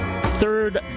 Third